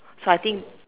so I think